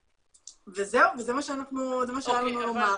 וזהו, זה מה שהיה לנו לומר,